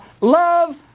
love